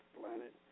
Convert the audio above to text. planet